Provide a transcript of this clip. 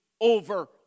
over